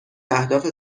اهداف